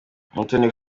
umutoni